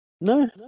No